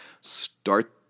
start